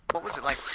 what was it like?